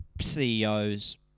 CEOs